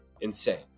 insane